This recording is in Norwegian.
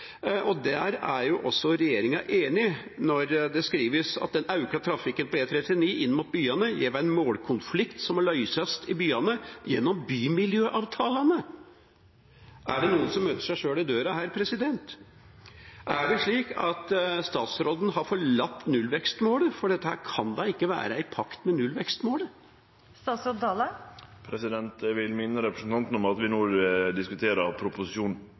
og der er jo også regjeringa enig når det skrives: «Den auka trafikken på E39 inn mot byane gjev ein målkonflikt som må løysast i byane gjennom bymiljøavtalane.» Er det noen som møter seg sjøl i døra her? Er det slik at statsråden har forlatt nullvekstmålet? For dette kan da ikke være i pakt med nullvekstmålet? Eg vil minne representanten om at vi no diskuterer